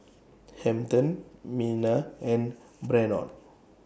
Hampton Minna and Brannon